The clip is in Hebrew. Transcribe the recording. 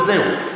וזהו,